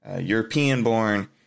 European-born